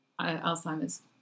Alzheimer's